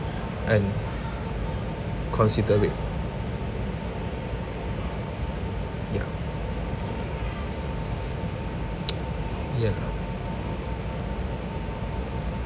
and considerate ya ya